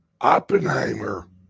Oppenheimer